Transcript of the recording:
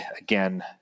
again